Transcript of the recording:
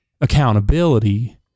accountability